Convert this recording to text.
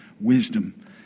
wisdom